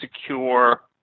secure